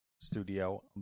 Studio